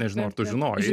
nežinau ar tu žinojai